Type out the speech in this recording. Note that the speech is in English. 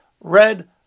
red